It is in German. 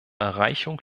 erreichung